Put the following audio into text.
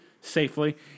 safely